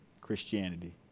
Christianity